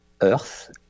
Earth